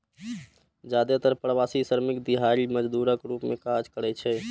जादेतर प्रवासी श्रमिक दिहाड़ी मजदूरक रूप मे काज करै छै